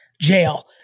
jail